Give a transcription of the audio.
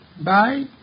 Bye